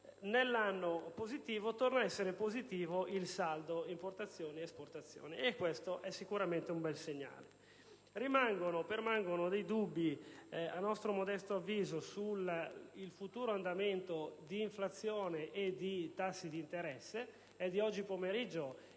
nell'anno torna ad essere positivo il saldo importazioni-esportazioni, e questo è sicuramente un bel segnale. Permangono dubbi, a nostro modesto avviso, sul futuro andamento di inflazione e tassi di interesse. È di oggi pomeriggio